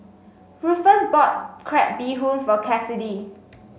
Rufus bought Crab Bee Hoon for Cassidy